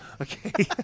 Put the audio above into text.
okay